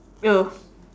it was